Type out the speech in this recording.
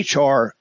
HR